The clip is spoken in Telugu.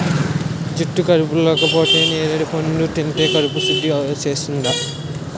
జుట్టు కడుపులోకెళిపోతే నేరడి పండు తింటే కడుపు సుద్ధి చేస్తాది